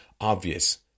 obvious